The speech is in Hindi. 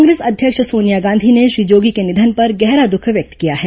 कांग्रेस अध्यक्ष सोनिया गांधी ने श्री जोगी के निधन पर गहरा दुख व्यक्त किया है